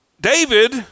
David